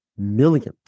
Millions